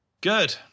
Good